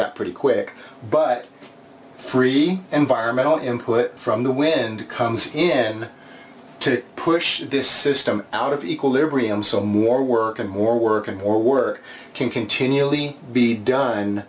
that pretty quick but free environmental him put from the wind comes in to push this system out of equilibrium so more work and more work and more work can continually be done